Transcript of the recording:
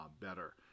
better